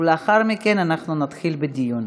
ולאחר מכן אנחנו נתחיל בדיון.